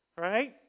right